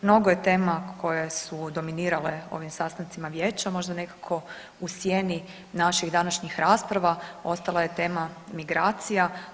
Mnogo je tema koje su dominirale ovim sastancima vijeća, možda nekako u sjeni naših današnjih rasprava, ostala je tema migracija.